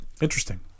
interesting